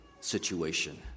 situation